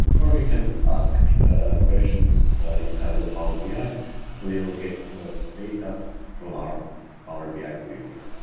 or we can ask questions inside the power bi so you will get the data from our power bi report.